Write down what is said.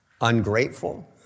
ungrateful